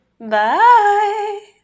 Bye